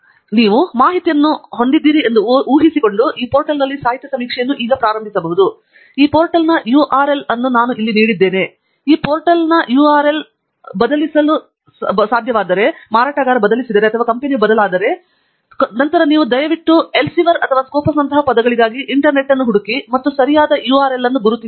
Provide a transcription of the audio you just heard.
ಆದ್ದರಿಂದ ನೀವು ಮಾಹಿತಿಯನ್ನು ಹೊಂದಿದ್ದೇವೆ ಎಂದು ಊಹಿಸಿಕೊಂಡು ಈ ಪೋರ್ಟಲ್ನಲ್ಲಿ ಸಾಹಿತ್ಯ ಸಮೀಕ್ಷೆಯನ್ನು ನಾವು ಪ್ರಾರಂಭಿಸಬಹುದು ಮತ್ತು ಈ ಪೋರ್ಟಲ್ನ URL ಅನ್ನು ನಾನು ಇಲ್ಲಿ ನೀಡಿದ್ದೇನೆ ಮತ್ತು ಈ ಪೋರ್ಟಲ್ನ URL ಅನ್ನು ಸಂಭವಿಸಿದರೆ ಬದಲಿಸಲು ಏಕೆಂದರೆ ಮಾರಾಟಗಾರ ಅಥವಾ ಕಂಪನಿಯು ಬದಲಾಗಿದೆ ನಂತರ ದಯವಿಟ್ಟು ಎಲ್ಸೆವಿಯರ್ ಮತ್ತು ಸ್ಕಾಪಸ್ ನಂತಹ ಪದಗಳಿಗಾಗಿ ಇಂಟರ್ನೆಟ್ ಅನ್ನು ಹುಡುಕಿ ಮತ್ತು ಸರಿಯಾದ URL ಅನ್ನು ಗುರುತಿಸಿ